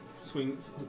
Swings